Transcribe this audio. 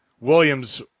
Williams